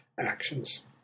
actions